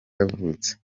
yavutse